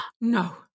No